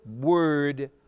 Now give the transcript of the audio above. word